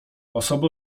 osoby